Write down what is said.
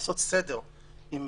בסך הכול רוב האנשים נשמעים להוראות,